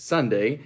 Sunday